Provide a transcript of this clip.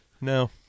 No